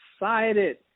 excited